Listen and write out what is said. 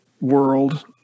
world